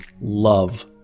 love